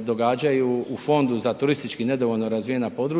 događaju u Fondu za turistički nedovoljno razvijena područja,